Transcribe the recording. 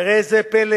וראה זה פלא,